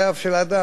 זה לא רק בטלפונים.